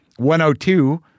102